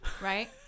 Right